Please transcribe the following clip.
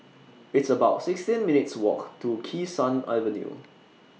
It's about sixteen minutes' Walk to Kee Sun Avenue